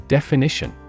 Definition